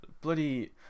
bloody